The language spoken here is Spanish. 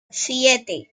siete